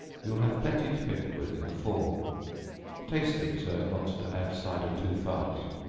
you will have plenty to pickle with in the fall taste it so as not to add cider too fast.